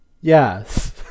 yes